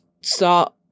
start